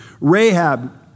Rahab